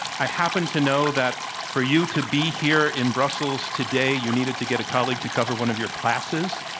i happen to know that for you to be here in brussels today you needed to get a colleague to cover one of your classes.